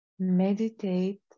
Meditate